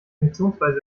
funktionsweise